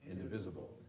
indivisible